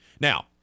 Now